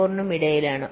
4 നും ഇടയിലാണ്